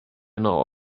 know